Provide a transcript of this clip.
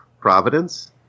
providence